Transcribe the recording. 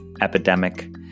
epidemic